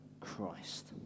Christ